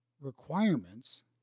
requirements